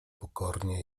pokornie